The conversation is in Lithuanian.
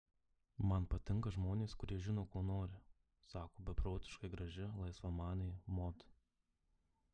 man patinka žmonės kurie žino ko nori sako beprotiškai graži laisvamanė mod